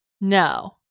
No